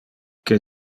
que